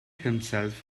himself